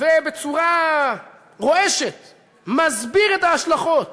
ובצורה רועשת מסביר את ההשלכות